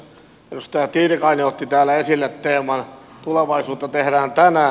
edustaja tiilikainen otti täällä esille teeman tulevaisuutta tehdään tänään